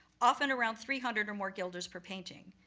often around three hundred or more guilders per painting.